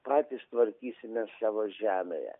patys tvarkysime savo žemėje